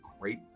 great